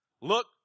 look